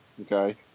Okay